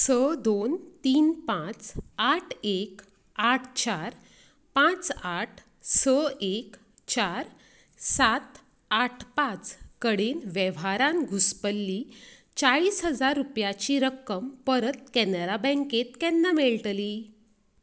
स दोन तीन पांच आठ एक आठ चार पांच आठ स एक चार सात आठ पांच कडेन वेव्हारांत घुसपल्ली चाळीस हजार रुपयाची रक्कम परत कॅनरा बँकेत केन्ना मेळटली